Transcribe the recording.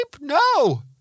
No